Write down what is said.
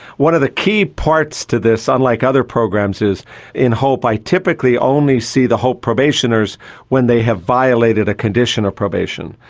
one of the key parts to this, unlike other programs, is in hope i typically only see the hope probationers when they have violated a condition of probation,